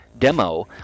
demo